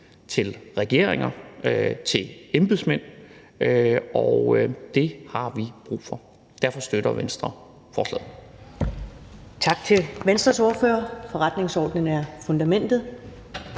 til regeringer og til embedsmænd, og det har vi brug for. Derfor støtter Venstre forslaget.